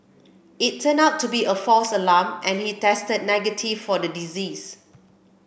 it turned out to be a false alarm and he tested negative for the disease